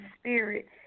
Spirit